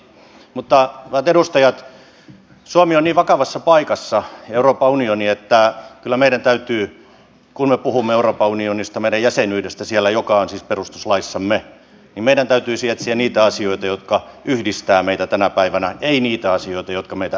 mutta hyvät edustajat suomi ja euroopan unioni ovat niin vakavassa paikassa että kyllä meidän täytyisi kun me puhumme euroopan unionista meidän jäsenyydestämme siellä joka on siis perustuslaissamme etsiä niitä asioita jotka yhdistävät meitä tänä päivänä ei niitä asioita jotka meitä erottavat